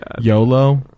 yolo